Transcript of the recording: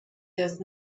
does